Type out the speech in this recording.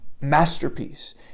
masterpiece